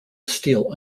steel